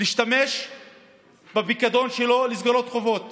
ישתמש בפיקדון שלו לסגירת חובות